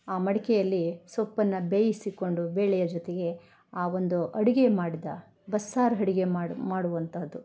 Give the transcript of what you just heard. ಆ ಮಡಿಕೆಯಲ್ಲಿ ಸೊಪ್ಪನ್ನು ಬೇಯಿಸಿಕೊಂಡು ಬೇಳೆಯ ಜೊತೆಗೆ ಆ ಒಂದು ಅಡುಗೆ ಮಾಡಿದ ಬಸ್ಸಾರು ಅಡ್ಗೆ ಮಾಡು ಮಾಡುವಂತಹದ್ದು